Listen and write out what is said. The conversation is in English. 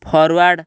forward